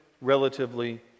relatively